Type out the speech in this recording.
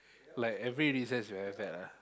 like every recess very bad ah